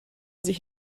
sich